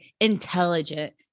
intelligent